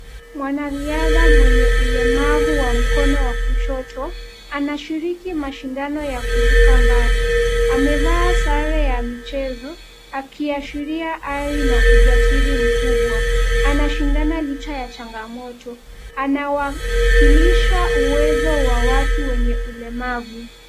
Mwanariadha mwenye ulemavu wa mkono wa kushoto, anashiriki mashindano ya kuruka mbali, amevaa sare ya michezo akiashiria ari na ujasiri mkubwa, anashindana licha ya changamoto, anawakilisha uwezo wa watu wenye ulemavu.